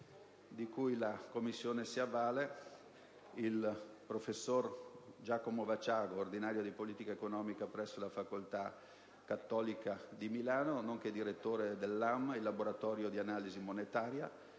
di cui la Commissione si avvale: il professor Giacomo Vaciago, ordinario di politica economica presso l'università «Cattolica» di Milano e direttore del LAM, Laboratorio di analisi monetaria;